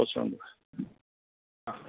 പ്രശ്നം ഉണ്ട് ആ